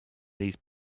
these